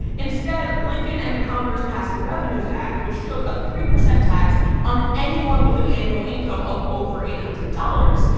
instead, lincoln and the congress passed the revenues act which took a three percent tax on anyone with an annual income of over eight hundred dollars.